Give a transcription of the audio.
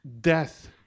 death